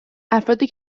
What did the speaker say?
افرادی